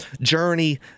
journey